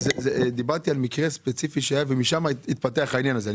דיברתי על מקרה ספציפי שהיה ומשם התפתח העניין הזה.